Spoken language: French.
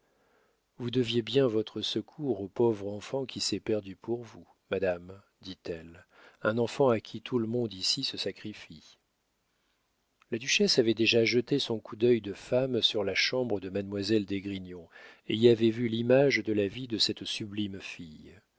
vous deviez bien votre secours au pauvre enfant qui s'est perdu pour vous madame dit-elle un enfant à qui tout le monde ici se sacrifie la duchesse avait déjà jeté son coup d'œil de femme sur la chambre de mademoiselle d'esgrignon et y avait vu l'image de la vie de cette sublime fille